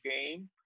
game